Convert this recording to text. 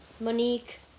Monique